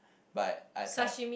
but I can't